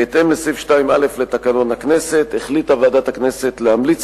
בהתאם לסעיף 2(א) לתקנון הכנסת החליטה ועדת הכנסת להמליץ